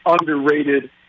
underrated